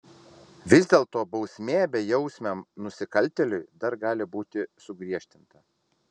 vis dėlto bausmė bejausmiam nusikaltėliui dar gali būti sugriežtinta